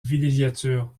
villégiature